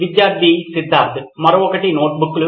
విద్యార్థి సిద్ధార్థ్ మరొకటి నోట్బుక్లు